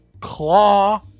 claw